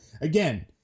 Again